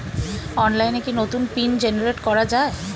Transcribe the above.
অনলাইনে কি নতুন পিন জেনারেট করা যায়?